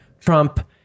Trump